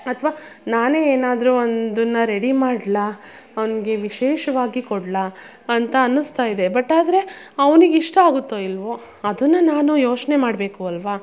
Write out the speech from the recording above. ಅಥವ ನಾನೆ ಏನಾದರು ಒಂದನ್ನ ರೆಡಿ ಮಾಡಲಾ ಅವ್ನಿಗೆ ವಿಶೇಷವಾಗಿ ಕೊಡಲಾ ಅಂತ ಅನ್ನಿಸ್ತಾ ಇದೆ ಬಟ್ ಆದರೆ ಅವನಿಗಿಷ್ಟ ಆಗತ್ತೋ ಇಲ್ವೋ ಅದನ್ನ ನಾನು ಯೋಚನೆ ಮಾಡಬೇಕು ಅಲ್ಲವ